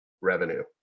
revenue